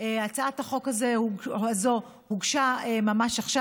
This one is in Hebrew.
הצעת החוק הזאת הוגשה ממש עכשיו.